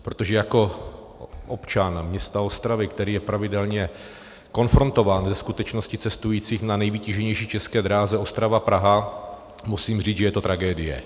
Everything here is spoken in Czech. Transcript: Protože jako občan města Ostravy, který je pravidelně konfrontován se skutečností cestujících na nejvytíženější české dráze OstravaPraha musím říct, že je to tragédie.